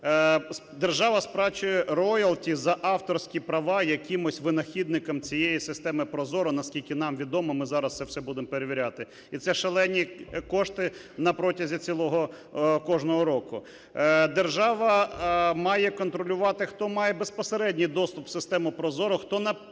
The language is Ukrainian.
Держава сплачує роялті за авторські права якимось винахідникам цієї системи ProZorro. Наскільки нам відомо, ми зараз це все будемо перевіряти. І це шалені кошти протягом цілого, кожного року. Держава має контролювати, хто має безпосередній доступ в систему ProZorro, хто наперед